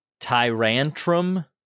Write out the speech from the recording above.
Tyrantrum